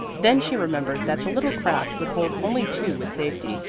then she remembered that the little craft would hold only two with safety,